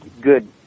good